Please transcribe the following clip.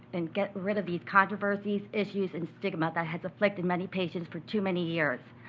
and get rid of these controversies, issues, and stigma that has afflicted many patients for too many years.